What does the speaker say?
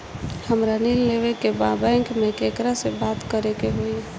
हमरा ऋण लेवे के बा बैंक में केकरा से बात करे के होई?